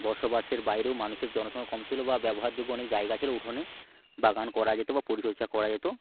বসবাসের বাইরেও মানুষের জনসংখ্যা কম ছিল বা ব্যবহারযোগ্য অনেক জায়গা ছিল উঠোনে বাগান করা যেত বা পরিচর্যা করা যেত